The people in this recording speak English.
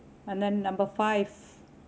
and then number five